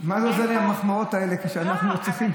זה עוזר לי, המחמאות האלה, כשאנחנו לא צריכים?